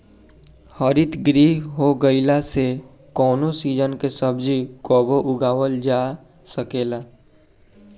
हरितगृह हो गईला से कवनो सीजन के सब्जी कबो उगावल जा सकेला